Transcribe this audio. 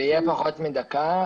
זה יהיה פחות מדקה.